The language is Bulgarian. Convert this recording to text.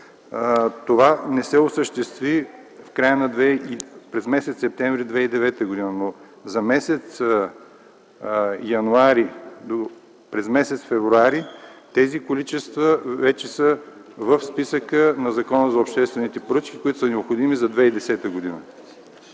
това не се осъществи през м. септември 2009 г. Но за м. януари и м. февруари тези количества вече са в списъка на Закона за обществените поръчки, които са необходими за 2010 г.